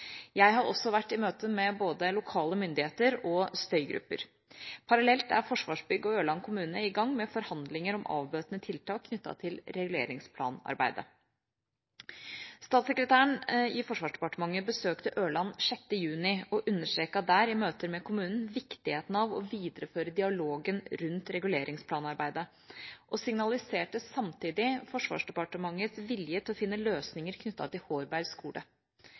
Jeg har også vært i møte med både lokale myndigheter og støygrupper. Parallelt er Forsvarsbygg og Ørland kommune i gang med forhandlinger om avbøtende tiltak knyttet til reguleringsplanarbeidet. Statssekretæren i Forsvarsdepartementet besøkte Ørland 6. juni og understreket der i møter med kommunen viktigheten av å videreføre dialogen rundt reguleringsplanarbeidet og signaliserte samtidig Forsvarsdepartementets vilje til å finne løsninger knyttet til Hårberg skole.